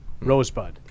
Rosebud